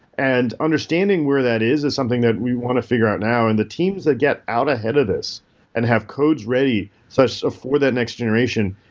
and understanding where that is is something that we want to figure out now and the teams that get out ahead of this and have codes ready for that next generation.